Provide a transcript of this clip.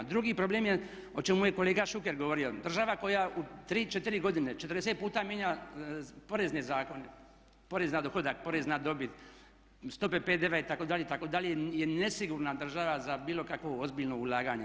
Drugi problem je o čemu je kolega Šuker govorio, država koja u 3, 4 godine 40 puta mijenja porezne zakone, porez na dohodak, porez na dobi, stope PDV-a itd., itd. je nesigurna država za bilo kakvo ozbiljno ulaganje.